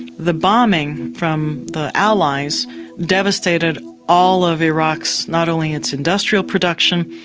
the bombing from the allies devastated all of iraq's. not only its industrial production,